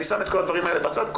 אני שם את כל הדברים האלה בצד,